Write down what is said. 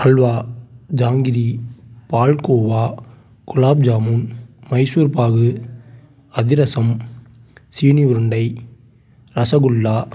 அல்வா ஜாங்கிரி பால்கோவா குலாப் ஜாமுன் மைசூர்பாகு அதிரசம் சீனி உருண்டை ரசகுல்லா